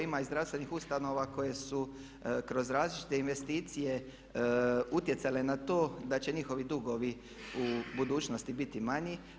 Ima i zdravstvenih ustanova koje su kroz različite investicije utjecale na to da će njihovi dugovi u budućnosti biti manji.